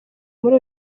muri